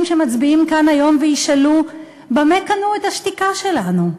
שמצביעים כאן היום וישאלו: במה קנו את השתיקה שלנו?